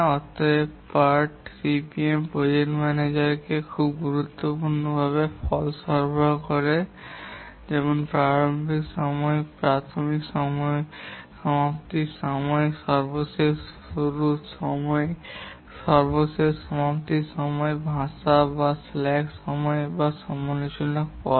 অতএব part CPM project ম্যানেজারকে খুব গুরুত্বপূর্ণ ফলাফল সরবরাহ করে যেমন প্রারম্ভিক সময় প্রাথমিক সমাপ্তির সময় সর্বশেষ শুরুর সময় সর্বশেষ সমাপ্তির সময় ভাসা বা স্ল্যাক সময় এবং সমালোচনামূলক পথ